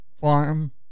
Farm